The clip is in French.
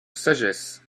sagesse